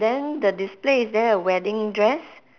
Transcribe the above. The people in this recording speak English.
then the display is there a wedding dress